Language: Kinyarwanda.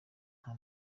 nta